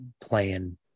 playing